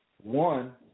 One